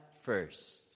first